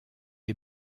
est